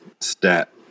Stat